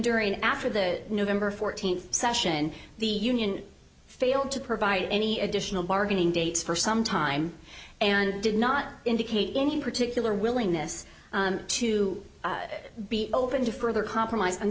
during after the november fourteenth session the union failed to provide any additional bargaining dates for some time and did not indicate any particular willingness to be open to further compromise on